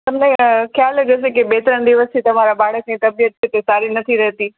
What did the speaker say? તમને ખ્યાલ જ હશે કે બે ત્રણ દિવસથી તમારા બાળકની તબિયત એટલી સારી નથી રહેતી